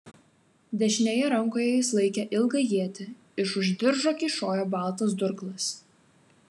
dešinėje rankoje jis laikė ilgą ietį iš už diržo kyšojo baltas durklas